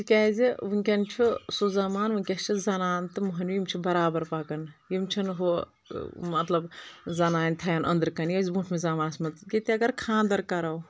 تِکیٛازِ وُنکٮ۪ن چھُ سُہ زمانہٕ وُنکٮ۪س چھ زنان تہٕ مۅہنٮ۪و یم چھ برابر پکان یم چھِنہٕ ہُو مطلب زنانہِ تھاوٮ۪ن أنٛدرٕ کٔنۍ یہِ ٲس برٛوٗنٛٹھمہِ زمانس منٛز ییٚتہِ اَگر خانٛدر کَرو